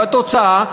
והתוצאה,